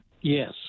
Yes